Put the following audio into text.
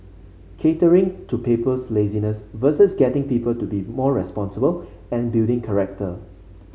catering to people's laziness versus getting people to be more responsible and building character